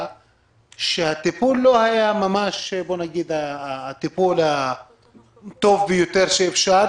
שהטיפול לא היה ממש הטיפול הטוב ביותר האפשרי,